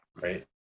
Right